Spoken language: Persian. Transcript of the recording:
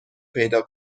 پیدا